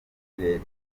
leta